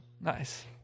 Nice